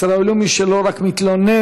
ישראלי הוא מי שלא רק מתלונן,